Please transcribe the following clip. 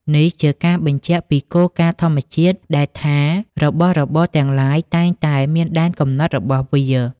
នេះជាការបញ្ជាក់ពីគោលការណ៍ធម្មជាតិដែលថារបស់របរទាំងឡាយតែងតែមានដែនកំណត់របស់វា។